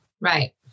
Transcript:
Right